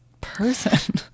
person